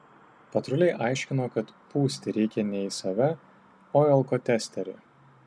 patruliai aiškino kad pūsti reikia ne į save o į alkotesterį